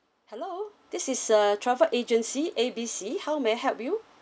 hello this is err travel agency A B C how may I help you